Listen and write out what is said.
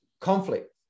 conflict